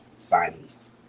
signings